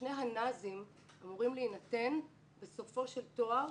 שני הנ"זים אמורים להינתן בסופו של תואר